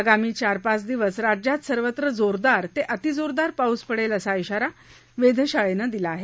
आगामी चार पाच दिवस राज्यात सर्वत्र जोरदार ते अतिजोरदार पाऊस पडेल असा इशारा वेधशाळेनं दिला आहे